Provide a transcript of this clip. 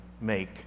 make